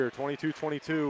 22-22